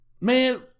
man